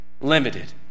limited